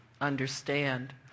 understand